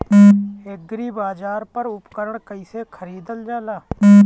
एग्रीबाजार पर उपकरण कइसे खरीदल जाला?